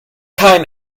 kein